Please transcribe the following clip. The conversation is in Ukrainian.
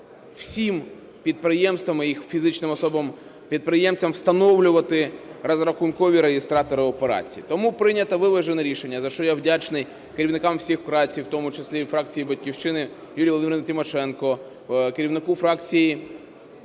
всім підприємствам і фізичним особам-підприємцям встановлювати розрахункові реєстратори операцій. Тому прийнято виважене рішення, за що я вдячний керівникам всіх фракцій, в тому числі і фракції "Батьківщина", Юлії Володимирівні Тимошенко, керівнику фракції